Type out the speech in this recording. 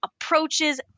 approaches